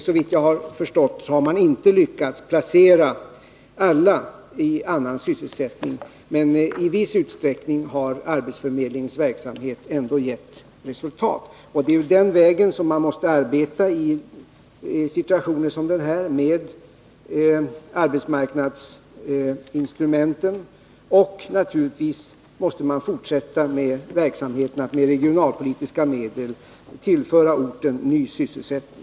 Såvitt jag har förstått har man inte lyckats placera alla i annan sysselsättning, men i viss utsträckning har arbetsförmedlingens verksamhet ändå gett resultat. Det är ju den vägen som man måste gå i situationer av det slag det här gäller, med utnyttjande av arbetsmarknadsinstrumenten. Man måste naturligtvis fortsätta med verksamheten att med regionalpolitiska medel tillföra orten ny sysselsättning.